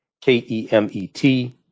K-E-M-E-T